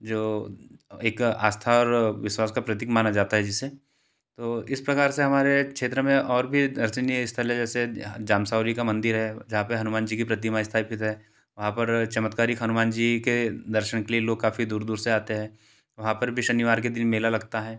जो एक आस्था और विस्वास का प्रतीक माना जाता है जिसे तो इस प्रकार से हमारे क्षेत्र में और भी दर्सनीय इस्थल है जैसे जमसौरी का मंदिर है जहाँ पर हनुमान जी की प्रतिमा स्थापित है वहाँ पर चमत्कारिक हनुमान जी के दर्शन के लिए लोग काफ़ी दूर दूर से आते है वहाँ पर भी शनिवार के दिन मेला लगता है